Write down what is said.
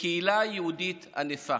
בקהילה יהודית ענפה.